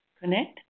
connect